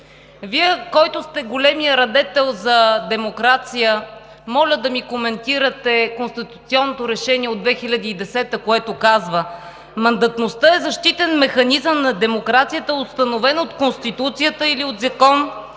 Вие, който сте големият радетел за демокрация, моля да ми коментирате конституционното решение от 2010 г., което казва, че мандатността е защитен механизъм на демокрацията, установен от Конституцията или от закон